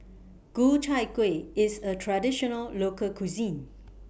Ku Chai Kuih IS A Traditional Local Cuisine